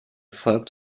folgt